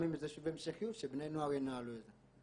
--- המשכיות שבני נוער ינהלו את זה.